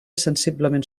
sensiblement